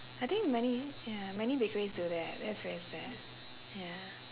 I think many ya many bakeries do that that's very sad ya